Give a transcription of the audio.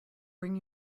bring